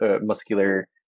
muscular